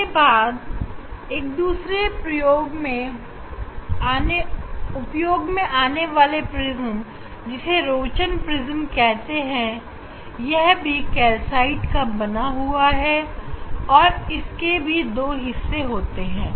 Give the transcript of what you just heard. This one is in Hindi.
उसके बाद एक दूसरे उपयोग मैं आने वाले प्रिज्म जिसे रोचन प्रिज्म कहते हैं यह भी कैल्साइट का बना हुआ होता है और इसमें भी 2 हिस्से होते हैं